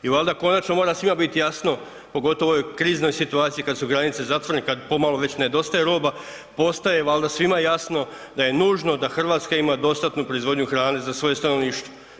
I valjda konačno mora svima biti jasno, pogotovo u ovoj kriznoj situaciji kad su granice zatvorene, kad pomalo već nedostaje roba postaje valjda svima jasno da je nužno da Hrvatska ima dostatnu proizvodnju hrane za svoje stanovništvo.